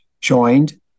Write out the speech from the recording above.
joined